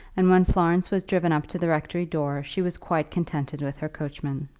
and when florence was driven up to the rectory door she was quite contented with her coachman.